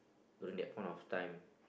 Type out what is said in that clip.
during that point of time